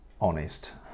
honest